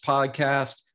Podcast